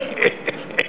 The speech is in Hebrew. בחייך.